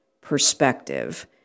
perspective